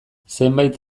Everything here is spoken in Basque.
zenbait